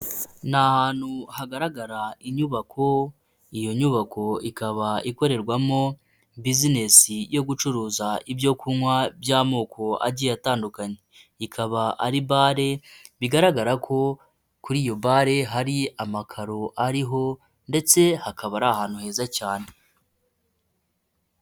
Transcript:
Ni ahantu hagaragara inyubako, iyo nyubako ikaba ikorerwamo biziznesi yo gucuruza ibyo kunywa by'amoko agiye atandukanye, ikaba ari bale, bigaragara ko kuri iyo bare hari amakaro ariho ndetse hakaba ari ahantu heza cyane.